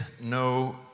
no